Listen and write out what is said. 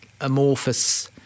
amorphous